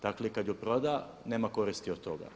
Dakle kada ju proda nema koristi od toga.